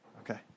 Okay